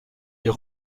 est